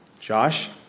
Josh